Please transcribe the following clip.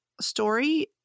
story